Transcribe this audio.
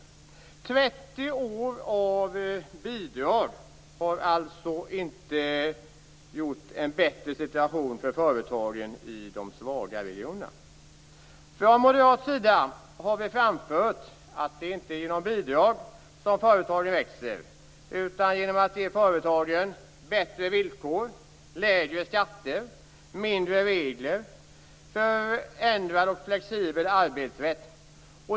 30 år av bidrag har alltså inte gjort en bättre situation för företagen i de svaga regionerna. Från moderat sida har vi framfört att det inte är genom bidrag som företagen växer utan genom att företagen får bättre villkor, lägre skatter, mindre regler, ändrad och flexiblare arbetsrätt.